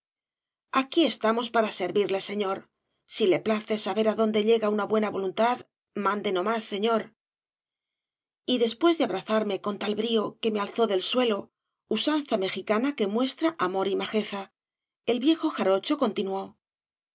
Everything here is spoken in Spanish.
aquí estamos para servirle señor si le place saber á dónde llega una buena voluntad mande no más señor y después de abrazarme con tal brío que me alzó del suelo usanza mexicana que muestra amor y majeza el viejo jarocho continuó